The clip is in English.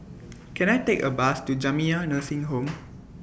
Can I Take A Bus to Jamiyah Nursing Home